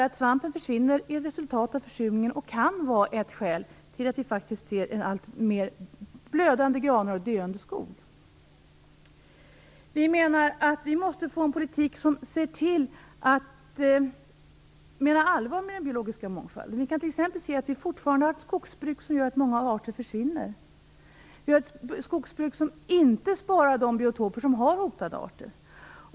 Att svampen försvinner är ett resultat av försurningen och kan vara ett skäl till att vi ser allt fler blödande granar och döende skog. Vi måste få en politik som menar allvar med den biologiska mångfalden. Vi har t.ex. fortfarande ett skogsbruk som gör att många arter försvinner. Vi har ett skogsbruk som inte sparar de biotoper som har hotade arter.